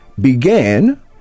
began